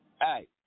Hey